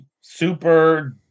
super